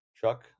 Chuck